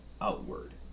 Outward